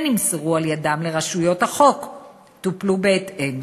נמסרו על-ידם לרשויות החוק טופלו בהתאם.